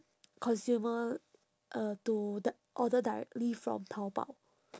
consumer uh to d~ order directly from taobao